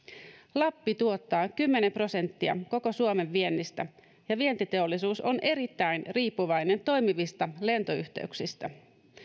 lappi tuottaa kymmenen prosenttia koko suomen viennistä ja vientiteollisuus on erittäin riippuvainen toimivista lentoyhteyksistä